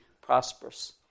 prosperous